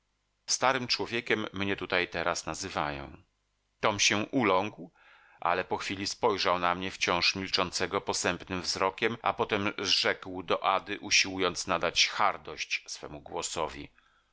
przeklinam cię w imieniu starego człowieka starym człowiekiem mnie tutaj teraz nazywają tom się uląkł ale po chwili spojrzał na mnie wciąż milczącego posępnym wzrokiem a potem rzekł do ady usiłując nadać hardość swemu głosowi